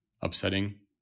upsetting